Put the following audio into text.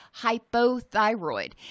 hypothyroid